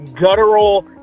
guttural